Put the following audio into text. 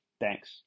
Thanks